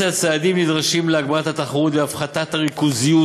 על צעדים נדרשים להגברת התחרות ולהפחתת הריכוזיות